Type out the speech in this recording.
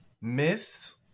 myths